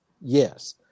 yes